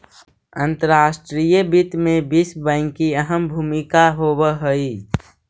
अंतर्राष्ट्रीय वित्त में विश्व बैंक की अहम भूमिका होवअ हई